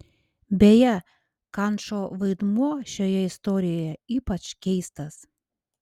beje kančo vaidmuo šioje istorijoje ypač keistas